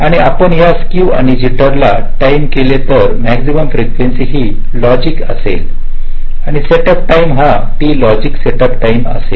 आणि आपण या स्क्क्यू आणि जिटर ला टाईम केले तर मॅक्सिमम फ्रीकेंसी ही लॉजिक असेल आणि सेटअप टाईम हा एक टी लॉजिक सेटअप टाईम असेल